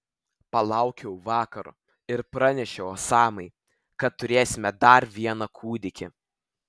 palaukiau vakaro ir pranešiau osamai kad turėsime dar vieną kūdikį